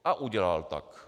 A udělal tak.